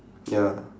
ya